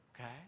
Okay